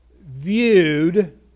viewed